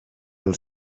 del